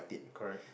correct